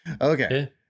Okay